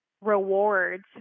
rewards